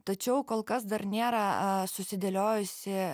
tačiau kol kas dar nėra a susidėliojusi